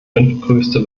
fünftgrößte